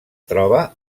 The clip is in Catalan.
troba